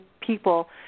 people